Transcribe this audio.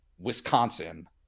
wisconsin